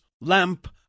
lamp